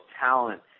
talent